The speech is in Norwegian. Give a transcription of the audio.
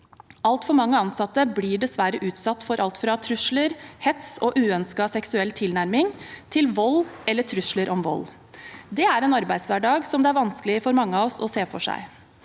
Altfor mange ansatte blir dessverre utsatt for alt fra trusler, hets og uønsket seksuell tilnærming til vold eller trusler om vold. Det er en arbeidshverdag det er vanskelig for mange av oss å se for seg.